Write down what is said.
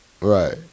Right